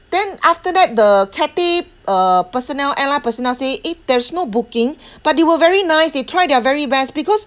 then after that the Cathay uh personnel airline personnel say eh there's no booking but they were very nice they try their very best because